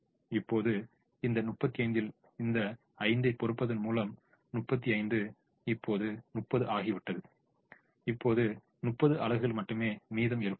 இப்போது இந்த 35 இல் இந்த 5 ஐ பொறுத்துவதன் மூலம் 35 இப்போது 30 ஆகிவிட்டது இப்போது 30 அலகுகள் மட்டுமே மீதம் இருக்கும்